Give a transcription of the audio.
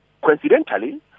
Coincidentally